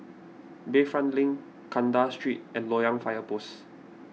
Bayfront Link Kandahar Street and Loyang Fire Post